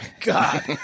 God